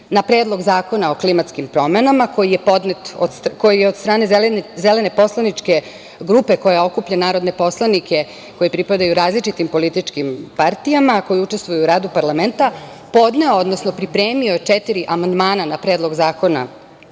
na Predlog zakona o klimatskim promenama, koji je od strane Zelene poslaničke grupe koja okuplja narodne poslanike koji pripadaju različitim političkim partijama koji učestvuju u radu parlamenta, podneo, odnosno, pripremio četiri amandmana na Predlog zakona